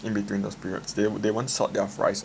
in between those period they won't they won't salt their fries